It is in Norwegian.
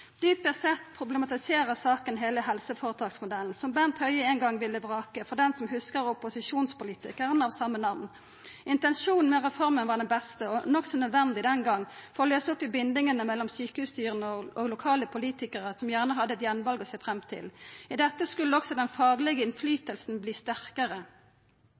«Dypest sett problematiserer saken hele helseforetaksmodellen, som Bent Høie en gang ville vrake, for den som husker opposisjonspolitikeren av samme navn. Intensjonen med reformen var den beste, og nokså nødvendig den gang, for å løse opp i bindingene mellom sykehusstyrene og lokale politikere som gjerne hadde et gjenvalg å se frem til. I dette skulle også den faglige innflytelsen bli